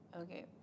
Okay